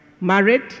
married